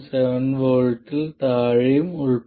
7 V ൽ താഴെയും ഉൾപ്പെടുന്നു